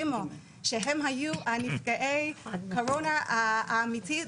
ג' שהם היו נפגעי קורונה האמיתיים,